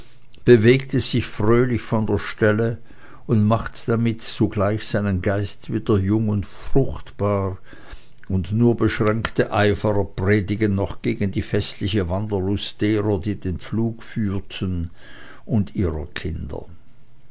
es sich fröhlich von der stelle und macht damit zugleich seinen geist wieder jung und fruchtbar und nur beschränkte eiferer predigen noch gegen die festliche wanderlust derer die den pflug führen und ihrer kinder